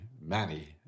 Manny